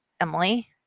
Emily